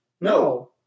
No